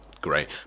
great